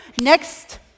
Next